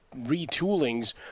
retoolings